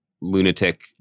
lunatic